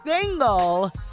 single